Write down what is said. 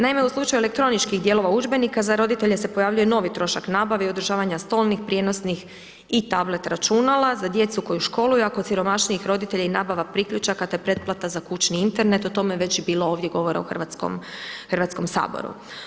Naime, u slučaju elektroničkih dijelova udžbenika, za roditelje se pojavljuje novi trošak nabave i održavanja stolnih, prijenosnih i tablet računala za djecu koju školuju, a kod siromašnijih roditelja i nabava priključaka, te pretplata za kućni Internet, o tome je već i bilo ovdje govora u HS-u.